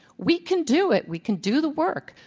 we can do it. we can do the work.